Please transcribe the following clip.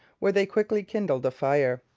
where they quickly kindled a fire.